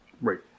Right